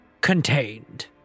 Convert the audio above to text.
contained